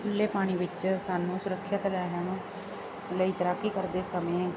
ਖੁੱਲ੍ਹੇ ਪਾਣੀ ਵਿੱਚ ਸਾਨੂੰ ਸੁਰੱਖਿਅਤ ਰਹਿਣ ਲਈ ਤੈਰਾਕੀ ਕਰਦੇ ਸਮੇਂ